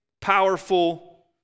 powerful